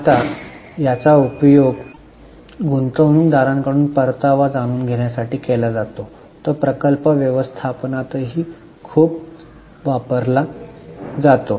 आता याचा उपयोग गुंतवणूकदारांकडून परतावा जाणून घेण्यासाठी केला जातो आणि तो प्रकल्प व्यवस्थापनातही खूप वापरला जातो